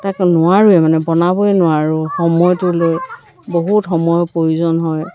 তাকে নোৱাৰোঁৱে মানে বনাবই নোৱাৰোঁ সময়টো লৈ বহুত সময়ৰ প্ৰয়োজন হয়